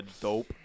dope